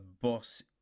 boss